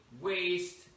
waste